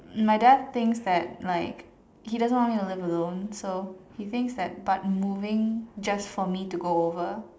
my dad thinks that like he doesn't want me to live alone so he thinks that but moving just for me to go over